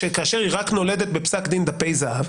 כאשר היא רק נולדת בפסק דין דפי זהב,